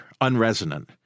unresonant